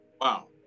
wow